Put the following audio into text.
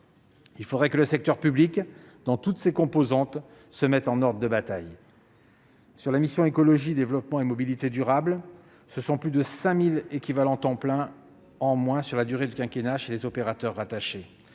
Il faudrait que le secteur public, dans toutes ses composantes, se mette en ordre de bataille. Or la mission « Écologie, développement et mobilité durables » prévoit plus de 5 000 équivalents temps plein en moins sur la durée du quinquennat chez les opérateurs rattachés.